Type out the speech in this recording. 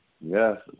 Yes